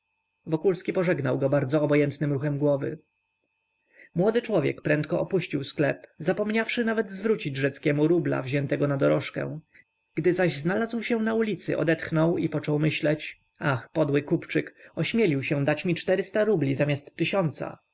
jaknajkrótszym wokulski pożegnał go bardzo obojętnym ruchem głowy młody człowiek prędko opuścił sklep zapomniawszy nawet zwrócić rzeckiemu rubla wziętego na dorożkę gdy zaś znalazł się na ulicy odetchnął i począł myśleć ach podły kupczyk ośmielił się dać mi czterysta rubli zamiast tysiąca